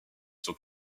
sont